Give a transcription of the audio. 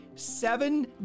seven